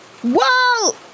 Whoa